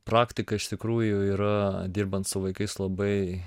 praktika iš tikrųjų yra dirbant su vaikais labai